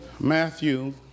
Matthew